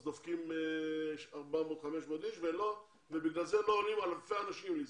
אז דופקים 500-400 אנשים ובגלל זה לא עולים אלפי אנשים לישראל.